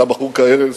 אתה בחור כארז.